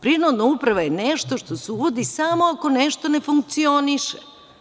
Prinudna uprava je nešto što se uvodi samo ako nešto ne funkcioniše.